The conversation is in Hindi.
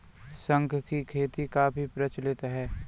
शंख की खेती काफी प्रचलित है